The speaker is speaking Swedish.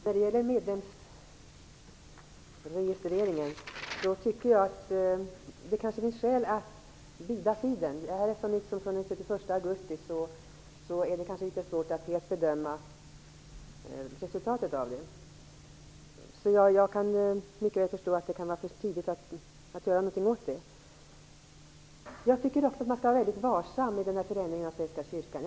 Fru talman! Det kanske finns skäl att bida tiden när det gäller medlemsregistreringen. Dessa bestämmelser gäller från den 31 augusti i år. Det är kanske litet svårt att helt bedöma resultatet. Jag kan mycket väl förstå att det kan vara för tidigt att göra någonting åt det. Jag tycker att man skall vara mycket varsam med förändringen av Svenska kyrkan.